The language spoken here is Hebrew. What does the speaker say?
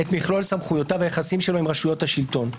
את מכלול סמכויותיו ואת היחסים שלו עם רשויות השלטון.